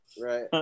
Right